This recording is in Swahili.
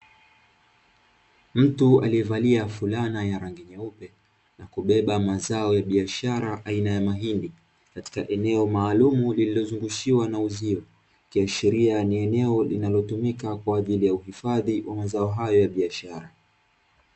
Mtu aliyevalia fulana ya rangi nyeupe, na kubeba mazao ya biashara aina ya mahindi, katika eneo maalumu lililozungushiwa na uzio, ikiashiria ni eneo linalotumika kwa ajili ya uhifadhi wa mazao hayo ya biashara.